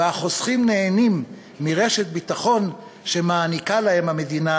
והחוסכים נהנים מרשת ביטחון שמעניקה להם המדינה,